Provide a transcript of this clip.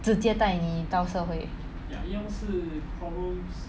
直接带你到社会